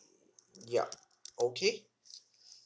yup okay